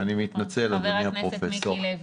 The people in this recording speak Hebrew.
בבקשה, חבר הכנסת מיקי לוי.